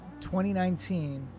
2019